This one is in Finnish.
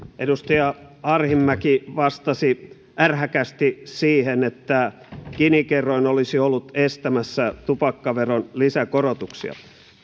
edustaja arhinmäki vastasi ärhäkästi siihen että gini kerroin olisi ollut estämässä tupakkaveron lisäkorotuksia